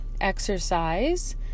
exercise